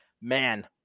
man